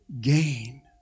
gain